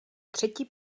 třetí